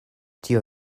tio